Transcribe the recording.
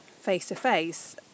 face-to-face